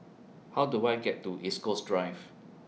How Do I get to East Coast Drive